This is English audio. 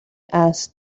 asked